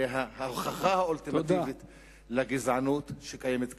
ההוכחה האולטימטיבית לגזענות שקיימת כאן.